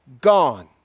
gone